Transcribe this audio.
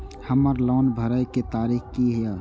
हमर लोन भरए के तारीख की ये?